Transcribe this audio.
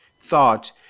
thought